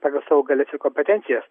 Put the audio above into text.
pagal savo galias ir kompetencija